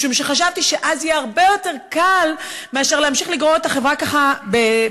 משום שחשבתי שאז יהיה הרבה יותר קל מאשר לגרור את החברה בבוץ,